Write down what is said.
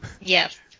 Yes